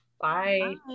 Bye